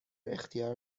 اختیار